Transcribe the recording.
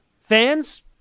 Fans